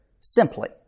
simply